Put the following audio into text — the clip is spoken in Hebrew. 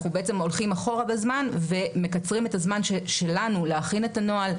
אנחנו בעצם הולכים אחורה בזמן ומקצרים את הזמן שלנו להכין את הנוהל,